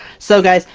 so guys,